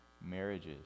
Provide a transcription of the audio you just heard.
marriages